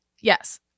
yes